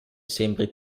sembri